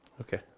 Okay